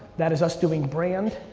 that is us doing brand.